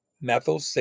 methyl